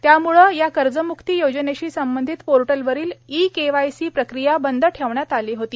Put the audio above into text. त्याम्ळे या कर्जम्क्ती योजनेशी संबंधित पोर्टलवरील ई केवायसी प्रक्रिया बंद ठेवण्यात आली होती